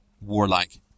warlike